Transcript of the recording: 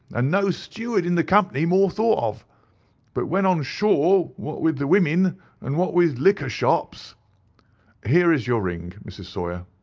and no steward in the company more thought of but when on shore, what with the women and what with liquor shops here is your ring, mrs. sawyer,